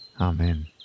Amen